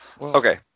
Okay